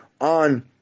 on